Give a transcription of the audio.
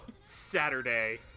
Saturday